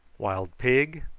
wild pig,